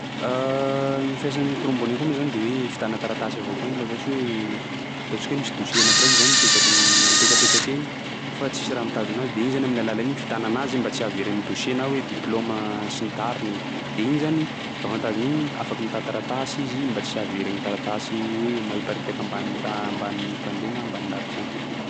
Gny fiasan'ny trombone io koa moa zany de hoe fitana taratasy avao koa igny laha ohatsy hoe ataontsika hoe misy dosie anakiraiky zany mipetsak- mipetsapetsaky egny fa tsisy raha mitazo anazy, de igny zany amin'ny alalan'iny fitana anazy mba tsy hahavery gny dosie na hoe diplaoma sy ny tariny. De igny zany, avantagen'igny afaky mitÃ taratasy izy mba tsy hahavery gny taratasy hoe na hiparitaky ambany ta- ambanin'ny pandriÃ na ambany lavitsy agny.